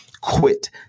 Quit